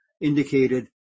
indicated